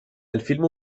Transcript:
الفلم